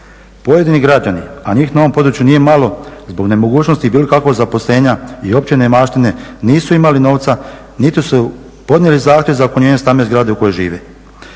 Pojedini građani, a njih na ovom području nije malo, zbog nemogućnosti bilo kakvog zaposlenja i opće neimaštine nisu imali novca niti su podnijeli zahtjev za ozakonjenje stambene zgrade u kojoj žive.